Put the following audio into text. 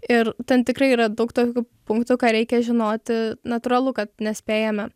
ir ten tikrai yra daug tokių punktų ką reikia žinoti natūralu kad nespėjame